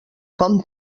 com